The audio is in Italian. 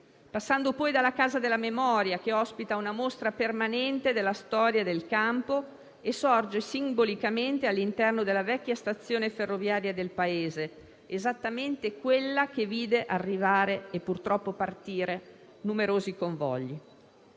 passando poi dalla Casa della memoria (che ospita una mostra permanente della storia del campo e sorge simbolicamente all'interno della vecchia stazione ferroviaria del paese, esattamente quella che vide arrivare e, purtroppo, partire numerosi convogli).